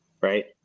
right